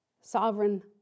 Sovereign